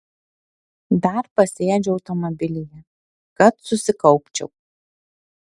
dar pasėdžiu automobilyje kad susikaupčiau